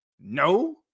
No